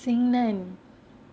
xingnan